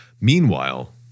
Meanwhile